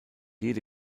jede